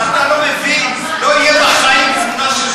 אתה לא מבין שלא תהיה בחיים תמונה של